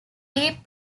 deep